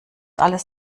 alles